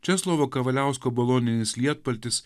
česlovo kavaliausko boloninis lietpaltis